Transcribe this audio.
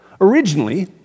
Originally